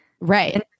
Right